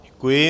Děkuji.